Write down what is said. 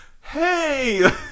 hey